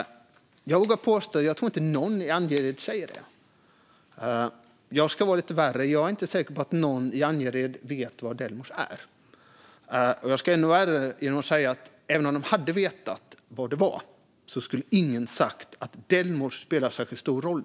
Jag vågar påstå att ingen i Angered säger så. Jag ska vara lite värre och säga att jag inte tror att någon i Angered vet vad Delmos är. Jag ska till och med vara ännu värre och säga att även om de hade vetat vad det var skulle ingen ha sagt att Delmos spelar särskilt stor roll där.